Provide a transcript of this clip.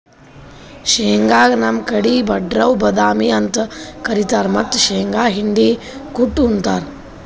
ಶೇಂಗಾಗ್ ನಮ್ ಕಡಿ ಬಡವ್ರ್ ಬಾದಾಮಿ ಅಂತ್ ಕರಿತಾರ್ ಮತ್ತ್ ಶೇಂಗಾ ಹಿಂಡಿ ಕುಟ್ಟ್ ಉಂತಾರ್